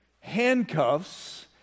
handcuffs